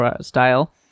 style